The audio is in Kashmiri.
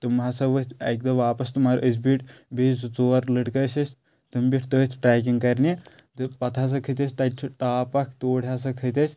تِم ہسا ؤتھۍ اکہِ دۄہ واپس تہٕ مگر أسۍ بیٖٹھی بیٚیہِ زٕ ژور لڑکہٕ ٲسۍ أسۍ تِم بیٖٹھۍ تٔتۍ ٹرٛیکِنٛگ کرنہِ تہٕ پتہٕ ہسا کھٔتۍ أسۍ تتہِ چھُ ٹوٛاپ اکھ تورۍ ہسا کھٔتۍ أسۍ